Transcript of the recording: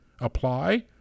apply